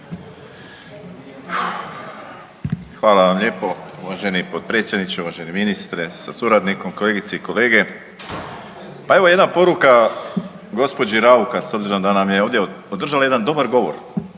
Hvala vam lijepo. Uvaženi potpredsjedniče, uvaženi ministre sa suradnikom, kolegice i kolege. Pa evo jedna poruka gospođi RAukar s obzorom da nam je ovdje održala jedan dobar govor,